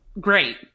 great